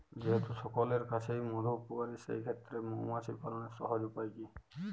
যেহেতু সকলের কাছেই মধু উপকারী সেই ক্ষেত্রে মৌমাছি পালনের সহজ উপায় কি?